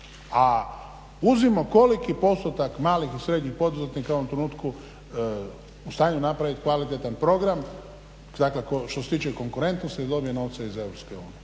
A uzmimo koliki postotak malih i srednjih poduzetnika je u ovom trenutku u stanju napraviti kvalitetan program, dakle što se tiče konkurentnosti, da dobije novce iz EU.